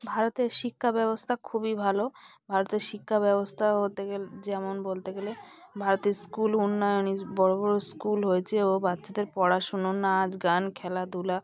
ভারতের শিক্ষা ব্যবস্থা খুবই ভালো ভারতের শিক্ষা ব্যবস্থা হতে গেলে যেমন বলতে গেলে ভারতের স্কুল উন্নয়নই বড়ো বড়ো স্কুল হয়েছে ও বাচ্চাদের পড়াশুনো নাচ গান খেলাধুলা